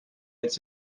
its